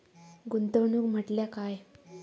गुंतवणूक म्हटल्या काय?